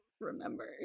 remember